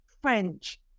French